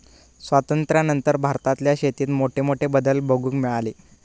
स्वातंत्र्यानंतर भारतातल्या शेतीत मोठमोठे बदल बघूक मिळाले